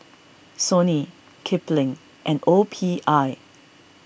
Sony Kipling and O P I